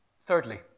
thirdly